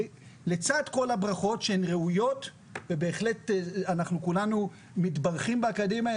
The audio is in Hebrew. לצד כל הברכות שהן ראויות ובהחלט אנחנו כולנו מתברכים באקדמיה,